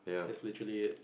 that's literally it